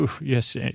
Yes